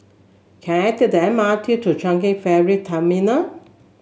can I take the M R T to Changi Ferry Terminal